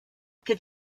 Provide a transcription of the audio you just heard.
que